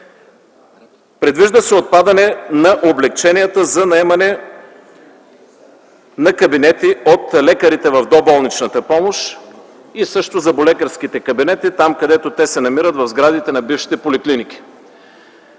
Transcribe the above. Предвижда се отпадане на облекченията за наемане на кабинети от лекарите в доболничната помощ и зъболекарските кабинети там, където те се намират в сградите на бившите поликлиники.